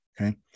Okay